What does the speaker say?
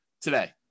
today